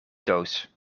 doos